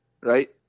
right